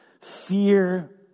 Fear